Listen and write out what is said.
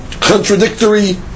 contradictory